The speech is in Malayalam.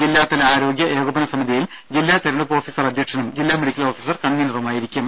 ജില്ലാതല ആരോഗ്യ ഏകോപന സമിതിയിൽ ജില്ലാ തിരഞ്ഞെടുപ്പ് ഓഫീസർ അധ്യക്ഷനും ജില്ലാ മെഡിക്കൽ ഓഫീസർ കൺവീനറുമായിരിക്കും